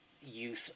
use